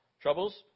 Troubles